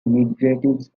immigrants